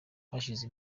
hashize